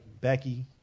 Becky